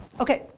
ok.